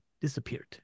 disappeared